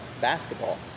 basketball